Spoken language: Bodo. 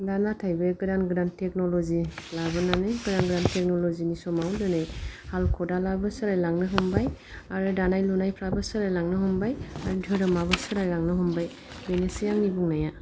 दा नाथाय बे गोदान गोदान टेक्न'लजि लाबोनानै गोदान गोदान टेक्न'लजिनि समाव दिनै हाल खदालाबो सोलायलांनो हमबाय आरो दानाय लुनायफ्राबो सोलायलांनो हमबाय आरो धोरोमाबो सोलायलांनो हमबाय बेनोसै आंनि बुंनाया